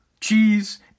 cheese